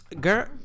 Girl